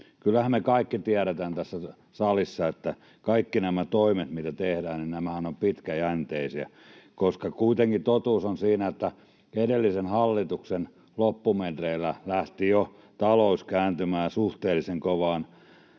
Kyllähän me kaikki tiedetään tässä salissa, että kaikki nämä toimet, mitä tehdään, ovat pitkäjänteisiä. Kuitenkin totuus on se, että edellisen hallituksen loppumetreillä lähti jo talous kääntymään suhteellisen kovaan